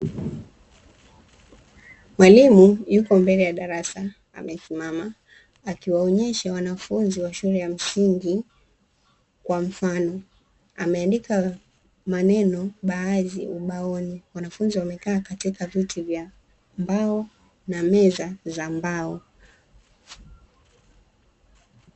Mwalimu yuko mbele ya darasa amesimama, akiwaonyesha wanafunzi wa shule ya msingi kwa mfano, ameandika maneno baadhi ubaoni. Wanafunzi wamekaa katika viti vya mbao na meza za mbao.